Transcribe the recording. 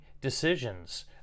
decisions